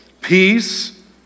peace